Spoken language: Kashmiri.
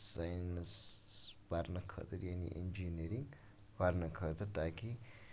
سایٚنس پرنہٕ خٲطرٕ یعنی اِنجینٔرِنگ پرنہٕ خٲطرٕ تاکہِ